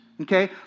Okay